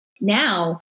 Now